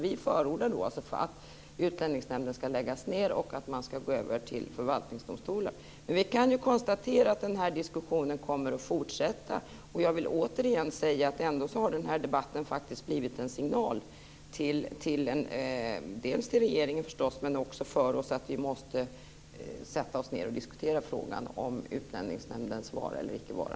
Vi förordar att Utlänningsnämnden ska läggas ned och att man ska gå över till förvaltningsdomstolar. Vi kan konstatera att den här diskussionen kommer att fortsätta. Och jag vill återigen säga att den här debatten faktiskt blivit en signal till regeringen men också en signal för oss att vi måste sätta oss ned och diskutera frågan om Utlänningsnämndens vara eller icke vara.